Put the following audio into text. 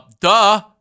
duh